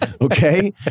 Okay